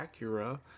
acura